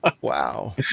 wow